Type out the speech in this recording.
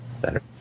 Better